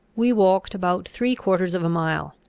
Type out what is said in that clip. we walked about three quarters of a mile,